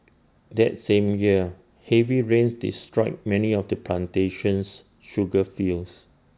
that same year heavy rains destroyed many of the plantation's sugar fields